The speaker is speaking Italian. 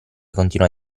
continua